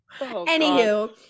Anywho